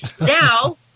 Now